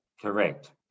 Correct